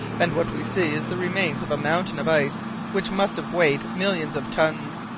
and what we see is the remains of a mountain of ice which must have weighed millions of tons.